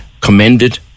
commended